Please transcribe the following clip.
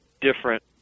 different